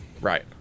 Right